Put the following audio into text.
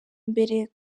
mbere